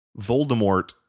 Voldemort